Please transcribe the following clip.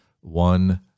One